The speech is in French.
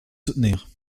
soutenir